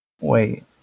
wait